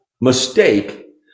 mistake